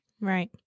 Right